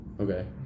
okay